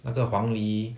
那个黄梨